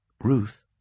Ruth